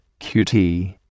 qt